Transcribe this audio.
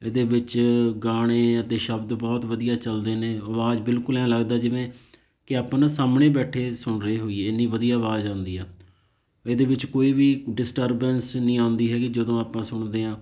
ਇਹਦੇ ਵਿੱਚ ਗਾਣੇ ਅਤੇ ਸ਼ਬਦ ਬਹੁਤ ਵਧੀਆ ਚੱਲਦੇ ਨੇ ਆਵਾਜ਼ ਬਿਲਕੁਲ ਐ ਲੱਗਦਾ ਜਿਵੇਂ ਕਿ ਆਪਾਂ ਨਾ ਸਾਹਮਣੇ ਬੈਠੇ ਸੁਣ ਰਹੇ ਹੋਈਏ ਇੰਨੀ ਵਧੀਆ ਆਵਾਜ਼ ਆਉਂਦੀ ਆ ਇਹਦੇ ਵਿੱਚ ਕੋਈ ਵੀ ਡਿਸਟਰਬੈਂਸ ਨਹੀਂ ਆਉਂਦੀ ਹੈਗੀ ਜਦੋਂ ਆਪਾਂ ਸੁਣਦੇ ਹਾਂ